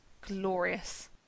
glorious